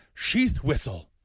Sheathwhistle